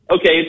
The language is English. Okay